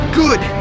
good